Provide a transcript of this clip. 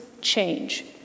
change